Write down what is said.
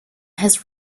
has